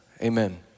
Amen